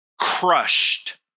crushed